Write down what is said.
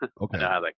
Okay